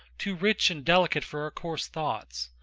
too rich and delicate for our coarse thoughts.